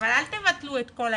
אבל אל תבטלו את הכול.